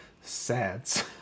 Sads